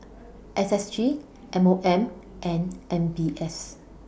S S G M O M and M B S